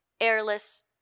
airless